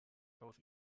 both